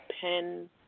pen